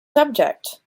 subject